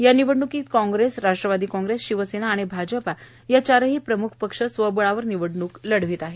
या निवडण्कीत काँग्रेस राष्ट्रवादी काँग्रेस शिवसेना आणि भाजपा या चारही प्रम्ख पक्ष स्वबळावर निवडण्क लढविण्यात येत आहे